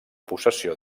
possessió